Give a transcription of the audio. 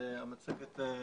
(מצגת).